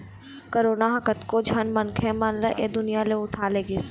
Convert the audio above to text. corona ह कतको झन मनखे मन ल ऐ दुनिया ले उठा लेगिस